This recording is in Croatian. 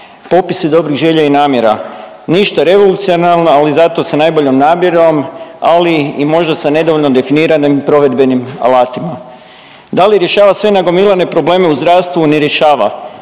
popisi dobrih želja i namjera ništa revolucionarno, ali zato sa najboljom namjerom ali i možda sa nedovoljno definiranim provedbenim alatima. Da li rješava sve nagomilane probleme u zdravstvu, ne rješava